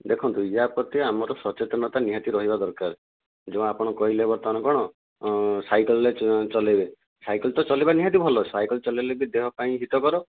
ଦେଖନ୍ତୁ ଏହା ପ୍ରତି ଆମର ସଚେତନତା ନିହାତି ରହିବା ଦରକାର ଯେଉଁ ଆପଣ କହିଲେ ବର୍ତ୍ତମାନ କ'ଣ ସାଇକେଲରେ ଚଳାଇବେ ସାଇକେଲ ତ ଚଳାଇବା ତ ନିହାତି ଭଲ ସାଇକେଲ ଚଳାଇଲେ ଦେହ ପାଇଁ ବି ହିତକର